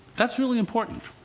that's really important.